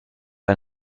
ein